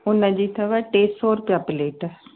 हुनजी अथव टे सौ रुपिया प्लेट